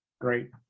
Great